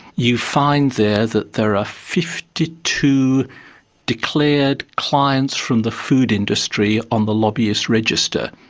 you find there that there are fifty two declared clients from the food industry on the lobbyist register.